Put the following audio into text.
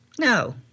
No